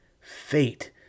Fate